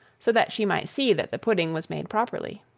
so that she might see that the pudding was made properly.